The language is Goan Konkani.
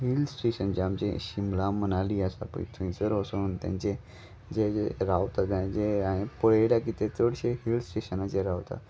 हिल स्टेशन जे आमचे शिमला मनाली आसा पळय थंयसर वचन तेंचे जे ज रावता ते ज हांये पळयलां कि तें चडशे हिल स्टेशनाचे रावता